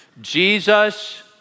Jesus